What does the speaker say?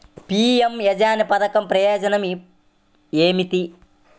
PM యోజన పధకం ప్రయోజనం ఏమితి?